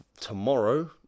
tomorrow